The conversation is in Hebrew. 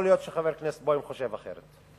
יכול להיות שחבר כנסת בוים חושב אחרת.